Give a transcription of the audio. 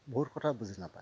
বহুত কথা বুজি নাপায়